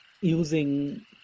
using